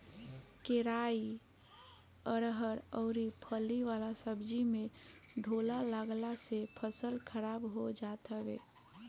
केराई, अरहर अउरी फली वाला सब्जी में ढोला लागला से फसल खराब हो जात हवे